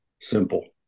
simple